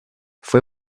fue